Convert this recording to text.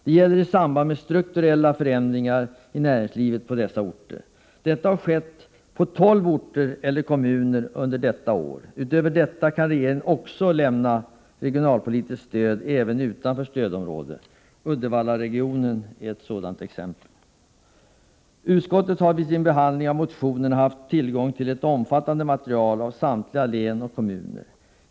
Det gäller i samband med strukturella förändringar i näringslivet på dessa orter. Detta har skett på tolv orter eller kommuner under detta budgetår. Utöver detta kan regeringen också lämna regionalpolitiskt stöd även utanför stödområdet. Uddevallaregionen är ett sådant exempel. Utskottet har vid sin behandling av motionerna haft tillgång till ett omfattande material om samtliga län och kommuner.